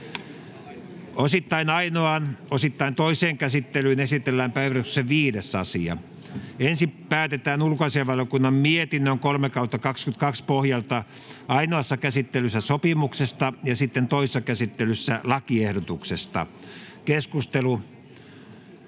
Osittain ainoaan, osittain toiseen käsittelyyn esitellään päiväjärjestyksen 5. asia. Ensin päätetään ulkoasiainvaliokunnan mietinnön UaVM 3/2022 vp pohjalta ainoassa käsittelyssä sopimuksesta ja sitten toisessa käsittelyssä lakiehdotuksesta.